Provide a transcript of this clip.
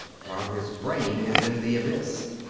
while his brain is in the abyss.